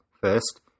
First